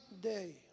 day